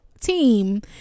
team